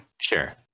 Sure